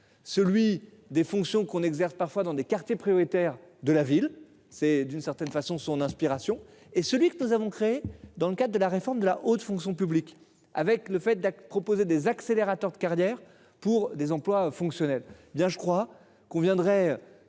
celui des fonctions qu'on exerce parfois dans des quartiers prioritaires de la ville, c'est d'une certaine façon son inspiration et celui que nous avons créé dans le cadre de la réforme de la haute fonction publique avec le fait d'acc proposer des accélérateurs de carrière pour des emplois fonctionnels.